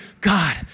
God